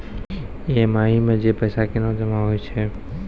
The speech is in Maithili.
ई.एम.आई मे जे पैसा केना जमा होय छै?